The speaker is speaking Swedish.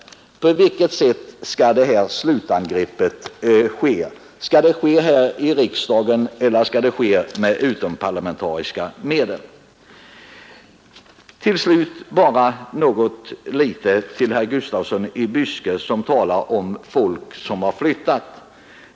På vilket sätt skall detta slutangrepp ske? Skall det ske här i riksdagen eller med utomparlamentariska medel? Herr Gustafsson i Byske talade om folk som har flyttats.